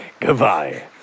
goodbye